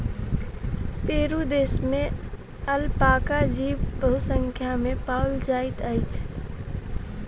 Peru देश में alpaca जीव बहुसंख्या में पाओल जाइत अछि